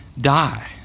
die